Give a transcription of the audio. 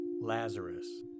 Lazarus